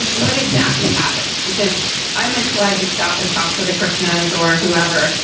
what exactly happened? because i'm inclined to stop and talk to the christianize or whoever.